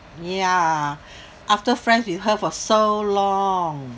ya after friends with her for so long